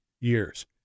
years